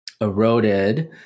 eroded